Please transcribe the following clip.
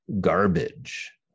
garbage